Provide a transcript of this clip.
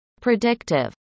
Predictive